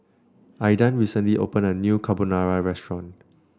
Aidan recently opened a new Carbonara Restaurant